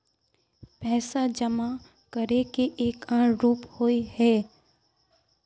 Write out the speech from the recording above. पैसा जमा करे के एक आर रूप होय है?